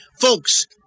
Folks